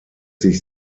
sich